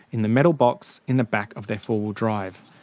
in the metal box in the back of their four wheel drive.